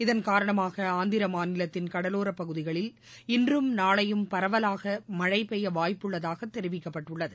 இதன் காரணமாக ஆந்திர மாநிலத்தின் கடலோரப் பகுதிகளில் இன்றும் நாளையும் பரவலாக மழழ பெய்ய வாய்ப்புள்ளதாகத் தெரிவிக்கப்பட்டுள்ளது